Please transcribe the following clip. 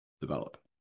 develop